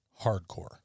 hardcore